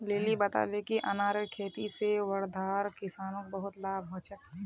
lily बताले कि अनारेर खेती से वर्धार किसानोंक बहुत लाभ हल छे